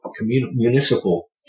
municipal